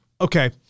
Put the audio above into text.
Okay